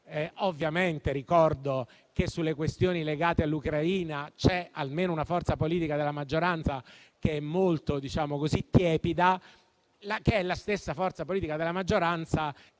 divisa. Ricordo che sulle questioni legate all'Ucraina c'è almeno una forza politica della maggioranza che è molto tiepida, che è la stessa forza politica della maggioranza